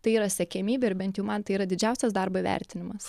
tai yra siekiamybė ir bent jau man tai yra didžiausias darbo įvertinimas